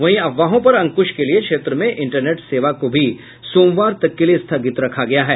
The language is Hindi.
वहीं अफवाहों पर अंकुश के लिए क्षेत्र में इंटरनेट सेवा को भी सोमवार तक के लिए स्थगित रखा गया है